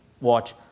watch